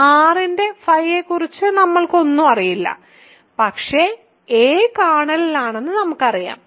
r യുടെ φ യെക്കുറിച്ച് നമ്മൾക്ക് ഒന്നും അറിയില്ല പക്ഷേ a കേർണലിലാണെന്ന് നമുക്കറിയാം